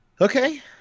Okay